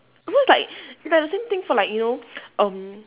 so it's like it's like the same thing for like you know um